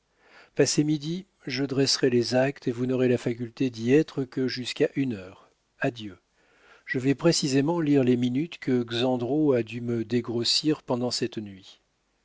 passé midi je dresserai les actes et vous n'aurez la faculté d'y être que jusqu'à une heure adieu je vais précisément lire les minutes que xandrot a dû me dégrossir pendant cette nuit